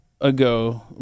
ago